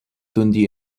dundee